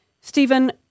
Stephen